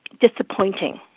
disappointing